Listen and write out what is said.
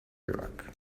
york